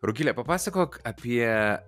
rugile papasakok apie